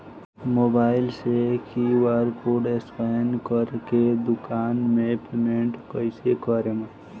Mobile से QR code scan कर के दुकान मे पेमेंट कईसे करेम?